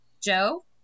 Joe